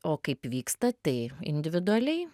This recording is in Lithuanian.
o kaip vyksta tai individualiai